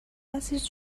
عزیز